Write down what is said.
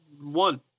one